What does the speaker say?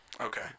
Okay